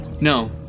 No